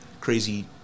crazy